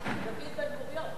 דוד בן-גוריון.